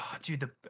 dude